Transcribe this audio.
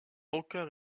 aucun